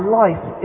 life